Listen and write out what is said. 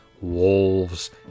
wolves